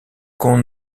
qu’on